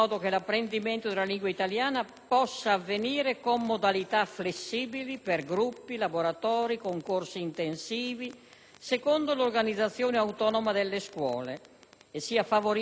possa avvenire con modalità flessibili per gruppi, laboratori, con corsi intensivi secondo l'organizzazione autonoma delle scuole, e sia favorita l'interculturalità.